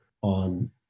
on